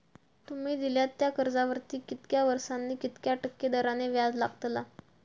तुमि दिल्यात त्या कर्जावरती कितक्या वर्सानी कितक्या टक्के दराने व्याज लागतला?